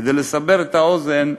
כדי לסבר את האוזן,